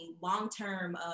long-term